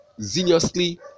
zealously